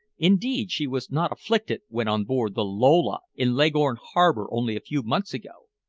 indeed, she was not afflicted when on board the lola in leghorn harbor only a few months ago.